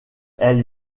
elle